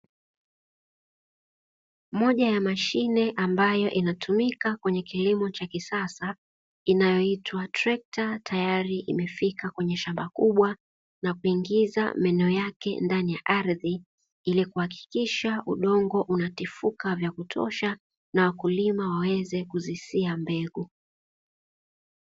Moja ya mashine ambayo inatumika kwenye kilimo cha kisasa inayoitwa trekta tayari imeshafika kwenye shamba kubwa, nakuingiza meno yake ndani ya ardhi ili kuhakikisha udongo unatifuka vya kutosha na wakulima waweze kuzisia mbegu.